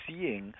seeing